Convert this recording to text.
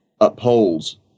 upholds